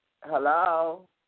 Hello